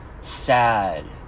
sad